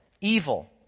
evil